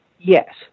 Yes